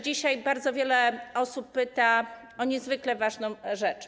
Dzisiaj bardzo wiele osób pyta o niezwykle ważną rzecz.